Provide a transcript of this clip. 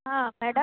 ஆ madam